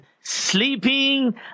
sleeping